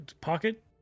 pocket